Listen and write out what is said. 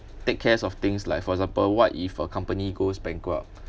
take cares of things like for example what if a company goes bankrupt